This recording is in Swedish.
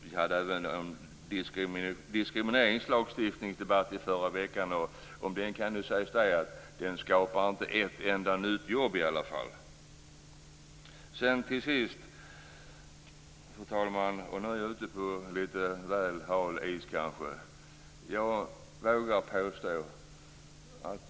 Vi hade en debatt om diskrimineringslagstiftning i förra veckan. Om den kan man säga att den i alla fall inte skapar ett enda nytt jobb. Till sist - nu är jag ute på lite väl hal is.